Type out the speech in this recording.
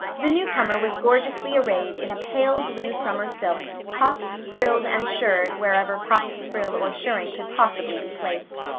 the newcomer was gorgeously arrayed in a pale blue summer silk, puffed, frilled, and shirred wherever puff, frill, or shirring could possibly be placed.